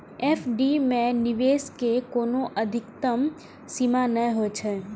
FD मे निवेश के कोनो अधिकतम सीमा नै होइ छै